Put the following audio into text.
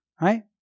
right